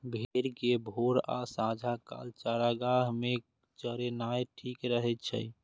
भेड़ कें भोर आ सांझ काल चारागाह मे चरेनाय ठीक रहै छै